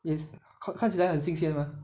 yes 看看起来很新鲜 mah